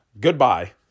Goodbye